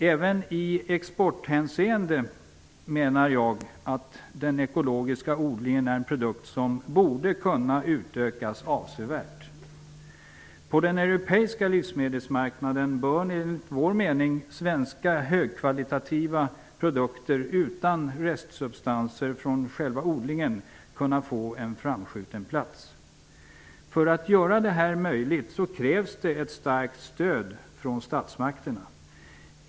Även i exporthänseende är den ekologiska odlingen en produktion som borde kunna utökas avsevärt. På den europeiska livsmedelsmarknaden bör svenska högkvalitativa produkter utan restsubstanser från själva odlingen kunna få en framskjuten plats. För att göra detta möjligt krävs ett starkt stöd från statsmakterna.